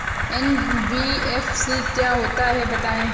NBFC क्या होता है बताएँ?